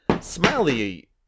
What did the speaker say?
Smiley